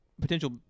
potential